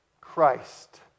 Christ